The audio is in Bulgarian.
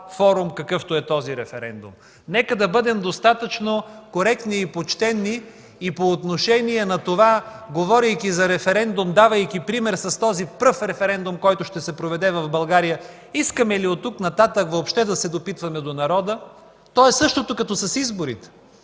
какъвто е този референдум. Нека бъдем достатъчно коректни и почтени и по отношение на това, говорейки за референдум, давайки пример с този пръв референдум, който ще се проведе в България, искаме ли оттук нататък въобще да се допитваме до народа. То е същото като с изборите.